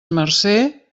marcer